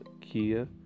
Kia